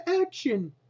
action